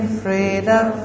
freedom